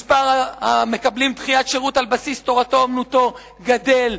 מספר מקבלי דחיית השירות על בסיס "תורתו אומנותו" גדל,